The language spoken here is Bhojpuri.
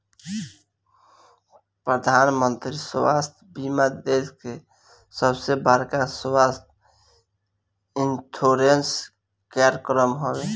प्रधानमंत्री स्वास्थ्य बीमा देश के सबसे बड़का स्वास्थ्य इंश्योरेंस कार्यक्रम हवे